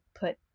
put